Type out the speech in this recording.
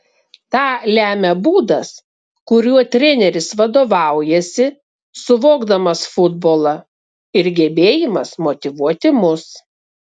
tą lemia būdas kuriuo treneris vadovaujasi suvokdamas futbolą ir gebėjimas motyvuoti mus